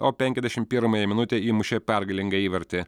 o penkiasdešimt pirmąją minutę įmušė pergalingą įvartį